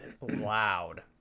loud